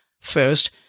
First